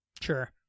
Sure